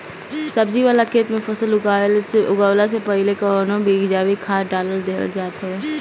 सब्जी वाला खेत में फसल उगवला से पहिले कवनो भी जैविक खाद डाल देहल जात हवे